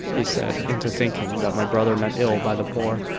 he said, into thinking that my brother meant ill by the poor.